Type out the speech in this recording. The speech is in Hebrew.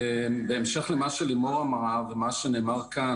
בהמשך למה שאמרה לימור ומה שנאמר כאן,